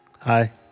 Hi